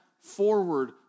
forward